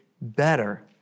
better